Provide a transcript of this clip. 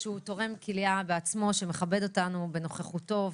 הוא תורם כליה בעצמו שמכבד אותנו בנוכחותו,